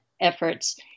efforts